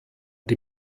die